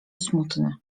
smutny